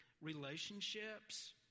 relationships